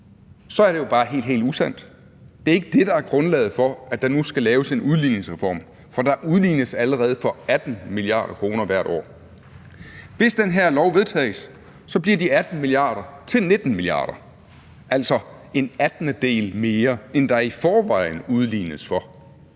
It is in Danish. så er det jo bare helt usandt. Det er ikke det, der er grundlaget for, at der nu skal laves en udligningsreform, for der udlignes allerede for 18 mia. kr. hvert år. Hvis det her lovforslag vedtages, så bliver de 18 mia. kr. til 19 mia. kr., altså en attendedel mere, end der er i forvejen udlignes for.